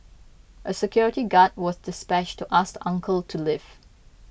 a security guard was dispatched to ask uncle to leave